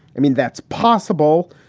i mean, that's possible.